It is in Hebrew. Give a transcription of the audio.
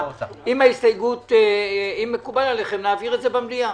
אם מקובל עליכם, נעביר את זה במליאה.